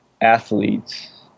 athletes